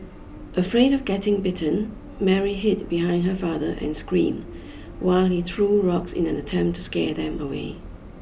afraid of getting bitten Mary hid behind her father and screamed while he threw rocks in an attempt to scare them away